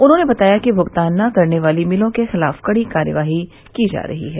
उन्होंने बताया कि भुगतान न करने वाली मिलों के खिलाफ कड़ी कार्रवाई की जा रही है